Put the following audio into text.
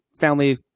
family